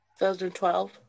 2012